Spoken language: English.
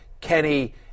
Kenny